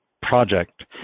project